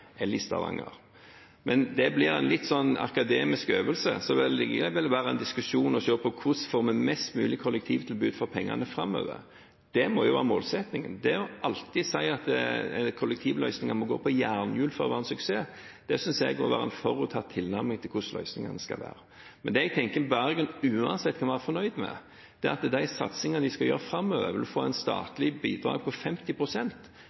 Stavanger. Men det blir en litt akademisk øvelse, så det vil likevel være en diskusjon å se på hvordan vi får et best mulig kollektivtilbud for pengene framover. Det må jo være målsettingen. Det å alltid si at kollektivløsninger må gå på jernhjul for å være en suksess, synes jeg er en forutinntatt tilnærming til hvordan løsningene skal være. Det jeg tenker Bergen uansett kan være fornøyd med, er at de satsingene de skal gjøre framover, vil få et statlig bidrag på